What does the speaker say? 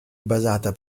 basata